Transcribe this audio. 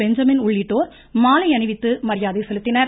Benjamin உள்ளிட்டோர் மாலை அணிவித்து மரியாதை செலுத்தினர்